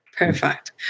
Perfect